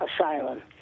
Asylum